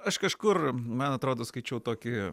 aš kažkur man atrodo skaičiau tokį